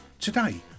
Today